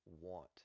want